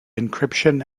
encryption